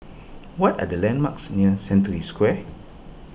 what are the landmarks near Century Square